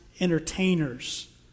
entertainers